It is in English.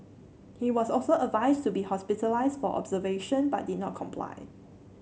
he was also advised to be hospitalised for observation but did not comply